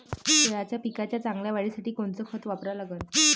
केळाच्या पिकाच्या चांगल्या वाढीसाठी कोनचं खत वापरा लागन?